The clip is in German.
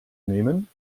nehmen